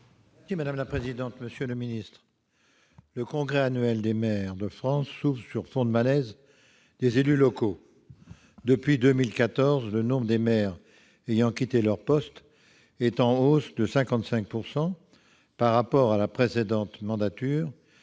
ministre de l'intérieur. Monsieur le secrétaire d'État, le Congrès annuel des maires de France s'ouvre sur fond de malaise des élus locaux. Depuis 2014, le nombre de maires ayant quitté leur poste est en hausse de 55 % par rapport à la précédente mandature